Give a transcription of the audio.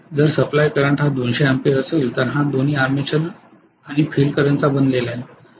जर supply current हा 200 ampere असेल तर हा दोन्ही आर्मेचर करंट आणि फील्ड करंटचा बनलेला आहे